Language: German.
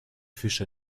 fischer